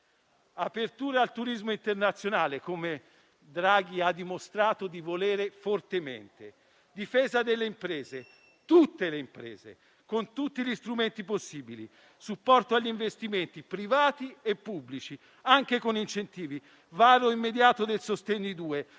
apertura al turismo internazionale, come Draghi ha dimostrato di volere fortemente; difesa delle imprese, tutte le imprese, con tutti gli strumenti possibili; supporto agli investimenti privati e pubblici, anche con incentivi; varo immediato del